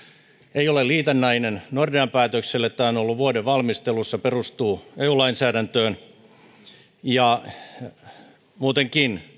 ei ole liitännäinen nordean päätökselle tämä on ollut vuoden valmistelussa ja perustuu eu lainsäädäntöön muutenkin